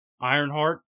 Ironheart